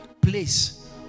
place